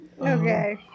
Okay